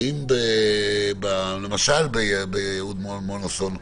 האם למשל ביהוד-מונוסון,